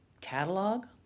catalog